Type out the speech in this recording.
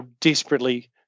desperately